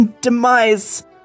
demise